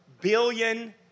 billion